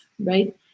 right